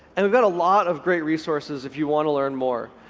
and got a lot of great resources if you want to learn more.